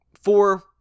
four